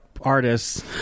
artists